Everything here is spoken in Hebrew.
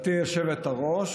גברתי היושבת-ראש